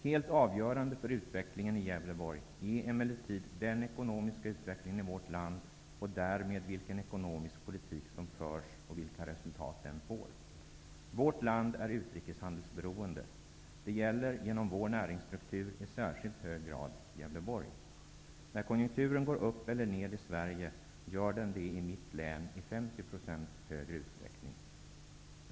Helt avgörande för utvecklingen i Gävleborg är emellertid den ekonomiska utvecklingen i vårt land och därmed vilken ekonomisk politik som förs och vilka resultat den får. Vårt land är utrikeshandelsberoende. Det gäller genom vår näringsstruktur i särskilt hög grad Gävleborg. När konjunkturen går upp eller ned i Sverige gör den det i mitt hemlän med i 50 % högre utsträckning.